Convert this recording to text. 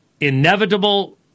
inevitable